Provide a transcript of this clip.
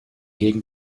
gegen